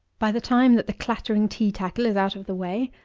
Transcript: by the time that the clattering tea tackle is out of the way,